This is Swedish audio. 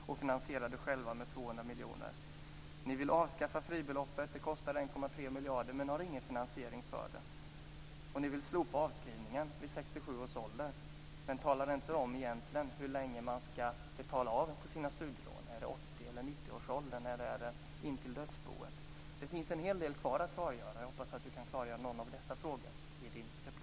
Detta finansierar ni själva med 200 miljoner. Ni vill avskaffa fribeloppet. Det kostar 1,3 miljarder, men ni har ingen finansiering för det. Ni vill slopa avskrivningen vid 67 års ålder, men talar inte om hur länge man egentligen ska betala av på sina skulder. Är det till 80 eller 90-årsåldern, eller är det intill dödsboet? Det finns en hel del kvar att klargöra, och jag hoppas att Erling Wälivaara kan klargöra någon av dessa frågor i sin replik.